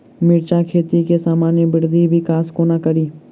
मिर्चा खेती केँ सामान्य वृद्धि विकास कोना करि?